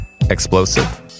Explosive